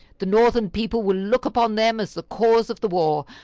the northern people will look upon them as the cause of the war,